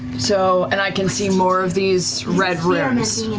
so and i can see more of these red runes.